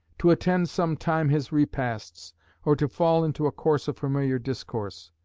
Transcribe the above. to attend some time his repasts, or to fall into a course of familiar discourse.